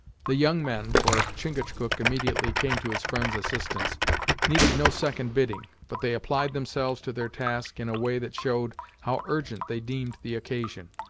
the young men for chingachgook immediately came to his friend's assistance needed no second bidding, but they applied themselves to their task in a way that showed how urgent they deemed the occasion.